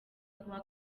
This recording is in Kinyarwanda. kuwa